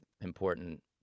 important